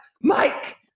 Mike